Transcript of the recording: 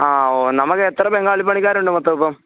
ആ ഓ നമുക്ക് എത്ര ബംഗാളി പണിക്കാരുണ്ട് മൊത്തം ഇപ്പോൾ